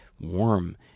warm